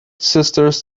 sisters